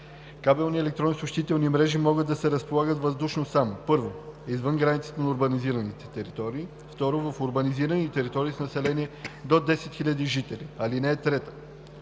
Кабелни електронни съобщителни мрежи могат да се разполагат въздушно само: 1. извън границите на урбанизираните територии; 2. в урбанизирани територии с население до 10 000 жители.